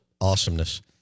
awesomeness